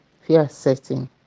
fear-setting